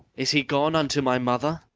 is he gone unto my mother?